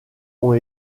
ont